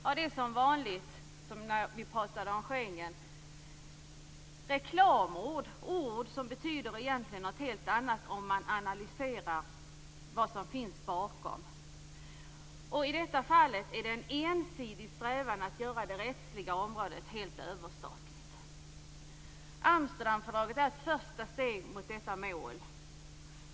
Ja, det är som vanligt, som när vi talade om Schengen, reklamord - ord som egentligen betyder något helt annat om man analyserar vad som finns bakom dem. I detta fall är det en ensidig strävan att göra det rättsliga området helt överstatligt. Amsterdamfördraget är ett första steg mot detta mål.